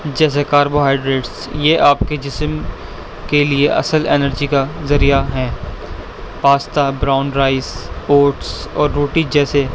جیسے carbohydrates یہ آپ کے جسم کے لیے اصل انرجی کا ذریعہ ہیں پاستہ براؤن رائس اوٹس اور روٹی جیسے